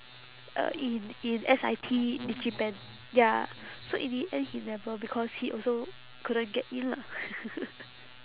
uh in in S_I_T digipen ya so in the end he never because he also couldn't get in lah